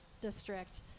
district